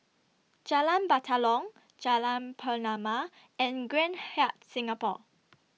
Jalan Batalong Jalan Pernama and Grand Hyatt Singapore